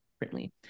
differently